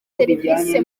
serivisi